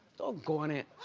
doggonit.